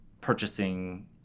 purchasing